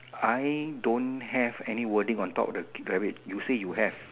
I don't have any wording on top of the rabbit you say you have